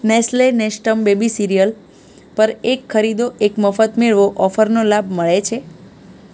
Nestle Nestum baby cereal પર એક ખરીદો એક મફત મેળવો ઓફરનો લાભ મળે છે